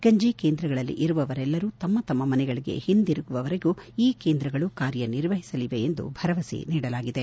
ಗಂಜ ಕೇಂದ್ರಗಳಲ್ಲಿ ಇರುವವರೆಲ್ಲರೂ ತಮ್ಮ ತಮ್ಮ ಮನೆಗಳಿಗೆ ಹಿಂದಿರುಗುವವರೆಗೂ ಈ ಕೇಂದ್ರಗಳು ಕಾರ್ಯನಿರ್ವಹಿಸಲಿವೆ ಎಂದು ಭರವಸೆ ನೀಡಲಾಗಿದೆ